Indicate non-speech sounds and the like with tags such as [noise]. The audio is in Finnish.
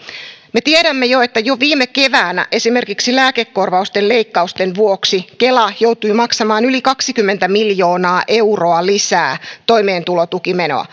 me tiedämme jo että jo viime keväänä esimerkiksi lääkekorvausten leikkausten vuoksi kela joutui maksamaan yli kaksikymmentä miljoonaa euroa lisää toimeentulotukimenoja [unintelligible]